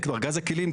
את ארגז הכלים,